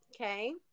okay